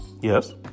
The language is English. Yes